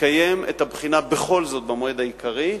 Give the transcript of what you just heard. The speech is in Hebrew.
לקיים את הבחינה בכל זאת במועד העיקרי,